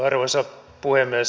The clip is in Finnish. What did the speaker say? arvoisa puhemies